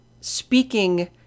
speaking